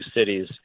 cities